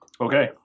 Okay